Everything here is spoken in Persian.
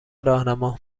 راهنما